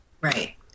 Right